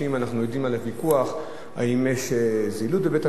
אנחנו עדים לוויכוח: האם יש זילות של בית-המשפט,